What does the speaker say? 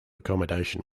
accommodation